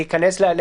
נכון.